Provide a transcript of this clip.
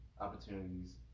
opportunities